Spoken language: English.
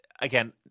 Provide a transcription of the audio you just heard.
again